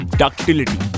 ductility